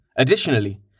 Additionally